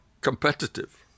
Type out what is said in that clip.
competitive